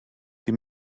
die